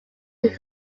its